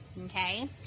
okay